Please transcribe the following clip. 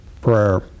prayer